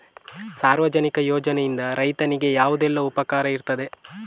ಸಾರ್ವಜನಿಕ ಯೋಜನೆಯಿಂದ ರೈತನಿಗೆ ಯಾವುದೆಲ್ಲ ಉಪಕಾರ ಇರ್ತದೆ?